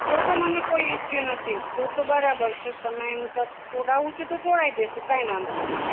તો તો મને કોઈ ઇસ્સુ નથી તો તો બરાબર છે તમે તોડાવુ છે તો તોડાઈ દેશો કાંઈ વાંધો નહીં